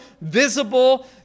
visible